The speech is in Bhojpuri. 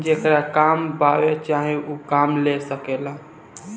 जेकरा काम अब्बे चाही ऊ काम ले सकेला